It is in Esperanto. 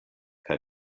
kaj